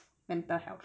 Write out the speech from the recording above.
mental health